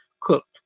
cooked